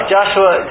Joshua